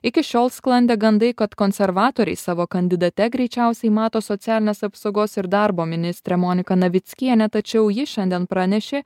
iki šiol sklandė gandai kad konservatoriai savo kandidate greičiausiai mato socialinės apsaugos ir darbo ministrę moniką navickienę tačiau ji šiandien pranešė